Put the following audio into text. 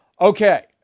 Okay